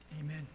Amen